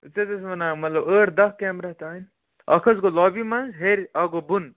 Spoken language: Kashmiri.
أسۍ حظ ٲسۍ وَنان مطلب ٲٹھ داہ کیمراہ تام اَکھ حظ گوٚو لابی منٛز ہٮ۪رِ اَکھ گوٚو بۄنہٕ